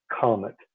comet